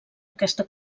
aquesta